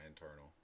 internal